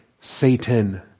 Satan